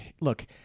Look